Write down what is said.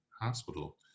hospital